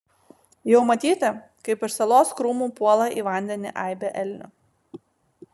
jau matyti kaip iš salos krūmų puola į vandenį aibė elnių